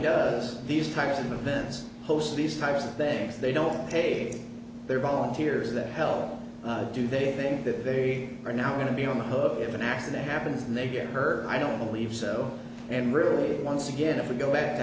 does these types of events post these types of things they don't pay their volunteers that hell do they think that they are now going to be on the hook if an accident happens and they get her i don't believe so and really once again if we go back to